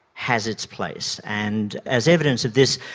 has its place. and as evidence of this,